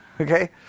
okay